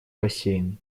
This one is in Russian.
бассейн